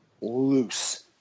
loose